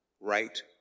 right